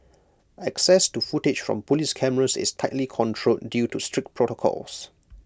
access to footage from Police cameras is tightly controlled due to strict protocols